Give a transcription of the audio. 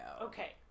Okay